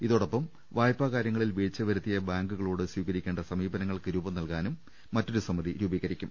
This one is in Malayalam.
ഇതോടൊപ്പം വായ്പാ കാര്യങ്ങളിൽ വീഴ്ചവരുത്തിയ ബാങ്കുകളോട് സ്വീകരിക്കേണ്ട സമീ പനങ്ങൾക്ക് രൂപംനൽകാൻ മറ്റൊരു സമിതിയും രൂപീകരിക്കും